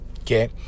Okay